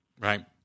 Right